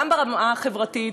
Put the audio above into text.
גם ברמה החברתית,